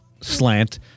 slant